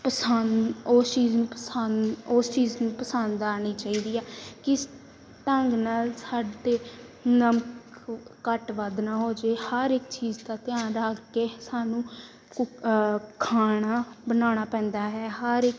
ਪਸੰਦ ਉਸ ਚੀਜ਼ ਨੂੰ ਪਸੰਦ ਉਸ ਚੀਜ਼ ਨੂੰ ਪਸੰਦ ਆਉਣੀ ਚਾਹੀਦੀ ਆ ਕਿਸ ਢੰਗ ਨਾਲ ਸਾਡੇ ਨਮਕ ਘੱਟ ਵੱਧ ਨਾ ਹੋ ਜੇ ਹਰ ਇੱਕ ਚੀਜ਼ ਦਾ ਧਿਆਨ ਰੱਖ ਕੇ ਸਾਨੂੰ ਕੁ ਖਾਣਾ ਬਣਾਉਣਾ ਪੈਂਦਾ ਹੈ ਹਰ ਇੱਕ